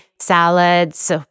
salads